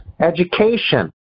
education